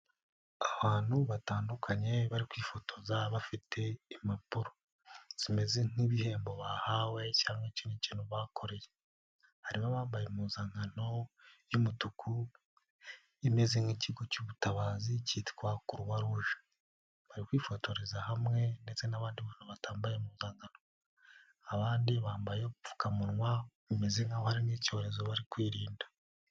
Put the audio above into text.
Abantu batandukanye bari kwifotoza bafite impapuro zimeze nk'ibihembo bahawe cyangwa ikindi kintu bakoreye. Harimo abambaye impuzankano y'umutuku imeze nk'ikigo cy'ubutabazi cyitwa crox rouge. Bari kwifotoreza hamwe, ndetse n'abandi bantu batambaye impuzankano. Abandi bambaye udupfukamunwa bimeze nk'aho hari icyorezo bari kwirinda.